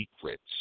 secrets